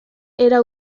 era